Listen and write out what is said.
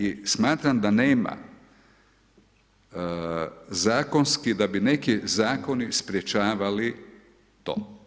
I smatram da nema zakonski da bi neki zakoni sprječavali to.